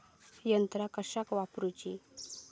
यंत्रा कशाक वापुरूची?